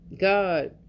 God